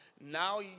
Now